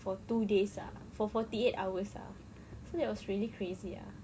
for two days ah for forty eight hours ah so that was really crazy ah